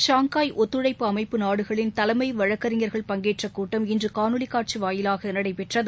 ஷாங்காப் ஒத்துழைப்பு அமைப்பு நாடுகளின் தலைமைவழக்கறிஞர்கள் பங்கேற்றகூட்டம் இன்றுகாணொலிகாட்சிவாயிலாகநடைபெற்றது